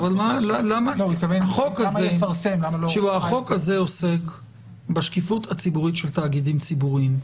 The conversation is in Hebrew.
החוק הזה עוסק בשקיפות הציבורית של תאגידים ציבוריים.